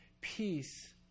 Peace